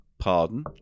Pardon